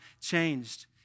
changed